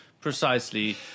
precisely